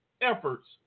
efforts